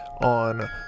on